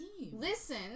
Listen